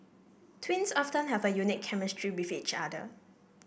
twins often have a unique chemistry with each other